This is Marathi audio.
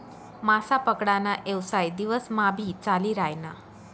मासा पकडा ना येवसाय दिवस मा भी चाली रायना